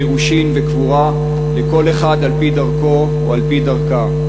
גירושים וקבורה לכל אחד על-פי דרכו או על-פי דרכה.